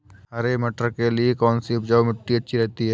हरे मटर के लिए कौन सी उपजाऊ मिट्टी अच्छी रहती है?